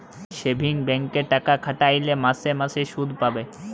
savings ব্যাংকে টাকা খাটাইলে মাসে মাসে সুদ পাবে